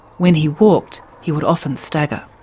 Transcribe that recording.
when he walked, he would often stagger.